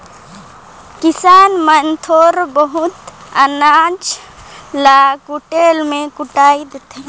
किसान मन थोर बहुत बाचल अनाज ल कुटेला मे कुइट देथे